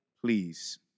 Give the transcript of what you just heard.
Please